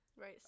Right